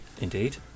Indeed